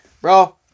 bro